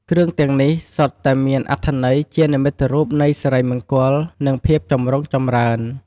គ្រឿងទាំងនេះសុទ្ធតែមានអត្ថន័យជានិមិត្តរូបនៃសិរីមង្គល និងភាពចម្រុងចម្រើន។